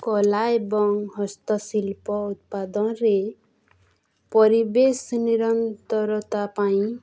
କଳା ଏବଂ ହସ୍ତଶିଳ୍ପ ଉତ୍ପାଦନରେ ପରିବେଶ ନିରନ୍ତରତା ପାଇଁ